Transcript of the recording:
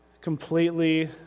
completely